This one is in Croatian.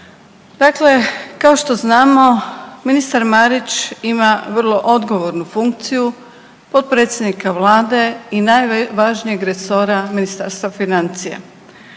dakle kao što znamo ministar Marić ima vrlo odgovornu funkciju potpredsjednika vlade i najvažnijeg resora Ministarstva financija.